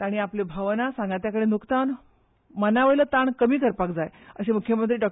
तांणी आपल्यो भावना सांगात्यांकडेन उकतावन मनावयलो ताण कमी करपाक जाय अशें म्ख्यमंत्री डॉ